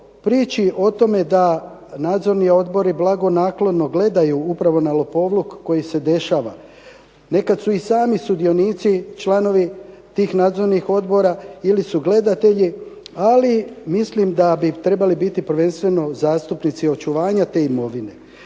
priči o tome da nadzorni odbori blagonaklono gledaju upravo na lopovluk koji se dešava. Nekad su i sami sudionici članovi tih nadzornih odbora ili su gledatelji. Ali mislim da bi trebali biti prvenstveno zastupnici očuvanja te imovine.